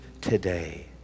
today